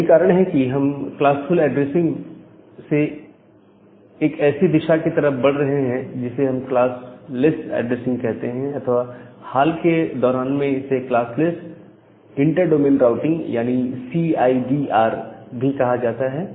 यही कारण है कि हम क्लासफुल ऐड्रेसिंग से एक ऐसी दिशा की तरफ बढ़ रहे हैं जिसे हम क्लास लेस ऐड्रेसिंग कहते हैं अथवा हाल के दौरान में इसे क्लास लेस इंटरडोमेन राउटिंग यानी सीआईडी आर भी कहा जाता है